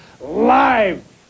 live